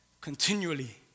continually